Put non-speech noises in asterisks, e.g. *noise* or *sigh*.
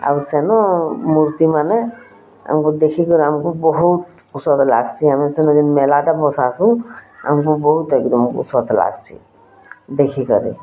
ଆଉ ସେନୁଁ ମୂର୍ତ୍ତିମାନେ ଆମକୁ ଦେଖି କରିଁ ଆମକୁ ବହୁତ ଉତ୍ସାହ ଲାଗ୍ସି ଆମେ ସେନୁଁ ମେଲାଟା ମୋ ଶାଶୁ ଆମକୁ ବହୁତ *unintelligible* ଲାଗ୍ସି ଦେଖି କରିଁ